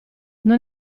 non